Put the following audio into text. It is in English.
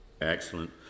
Excellent